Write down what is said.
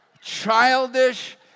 Childish